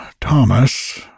Thomas